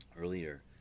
earlier